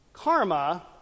Karma